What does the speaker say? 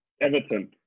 Everton